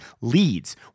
leads